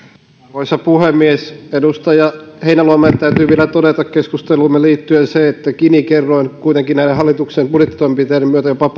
arvoisa puhemies edustaja heinäluomalle täytyy vielä todeta keskusteluumme liittyen se että gini kerroin kuitenkin näiden hallituksen budjettitoimenpiteiden myötä jopa